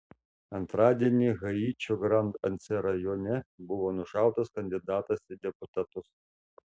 antradienį haičio grand anse rajone buvo nušautas kandidatas į deputatus